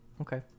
Okay